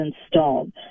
installed